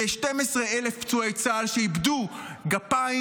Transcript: של 12,000 פצועי צה"ל שאיבדו גפיים.